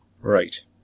Right